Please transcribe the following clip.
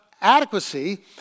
adequacy